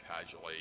casually